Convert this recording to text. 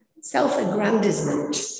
self-aggrandizement